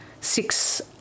Six